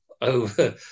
over